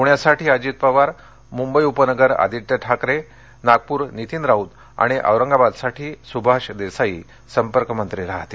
पूण्यासाठी अजित पवार मुंबई उपनगर आदित्य ठाकरे नागपूर नीतीन राऊत आणि औरंगाबादसाठी सुभाष देसाई संपर्क मंत्री राहतील